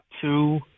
two